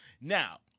Now